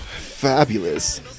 Fabulous